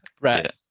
Right